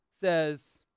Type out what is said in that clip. says